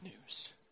news